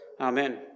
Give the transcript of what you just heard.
Amen